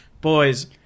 Boys